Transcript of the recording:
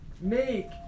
make